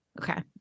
Okay